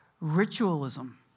ritualism